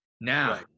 now